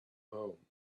home